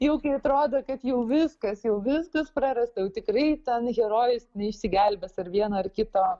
jau kai atrodo kad jau viskas jau viskas prarasta jau tikrai ten herojus neišsigelbės ar vieno ar kito